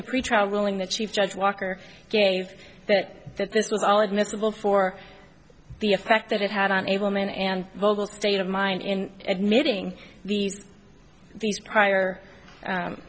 the pretrial ruling the chief judge walker gave that that this was all admissible for the effect that it had on a woman and vocal state of mind in admitting these these prior